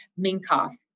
Minkoff